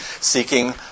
seeking